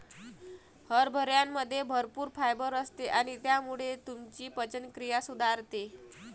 हरभऱ्यामध्ये भरपूर फायबर असते आणि त्यामुळे तुमची पचनक्रिया सुधारते